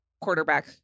quarterback